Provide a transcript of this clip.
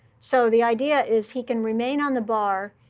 so the idea is he can remain on the bar,